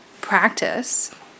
practice